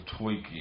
tweaky